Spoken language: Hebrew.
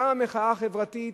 גם המחאה החברתית